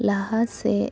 ᱞᱟᱦᱟ ᱥᱮᱡ